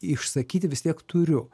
išsakyti vis tiek turiu